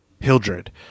Hildred